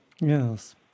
Yes